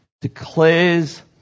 declares